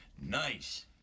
Nice